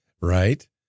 Right